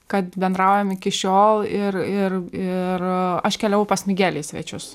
kad bendraujam iki šiol ir ir ir aš keliavau pas migelį į svečius